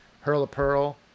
hurl-a-pearl